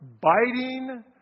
biting